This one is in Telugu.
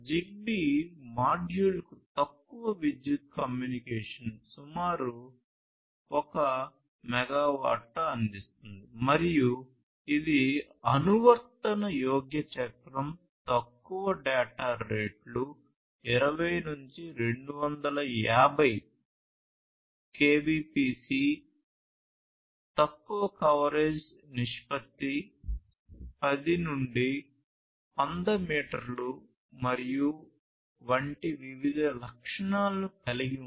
జిగ్బీ మాడ్యూల్కు తక్కువ విద్యుత్ కమ్యూనికేషన్ను సుమారు1 మెగావాట్ల అందిస్తుంది మరియు ఇది అనువర్తన యోగ్య చక్రం తక్కువ డేటా రేట్లు 20 నుండి 250 కెబిపిఎస్ తక్కువ కవరేజ్ నిష్పత్తి 10 నుండి 100 మీటర్లు మరియు వంటి వివిధ లక్షణాలను కలిగి ఉంది